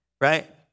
Right